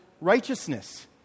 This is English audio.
righteousness